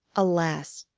alas!